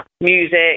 music